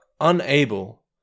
unable